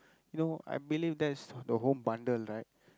you know I believe that's the home bundle right